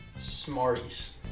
Smarties